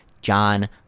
John